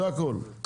זה הכול.